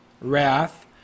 wrath